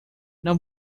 não